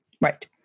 right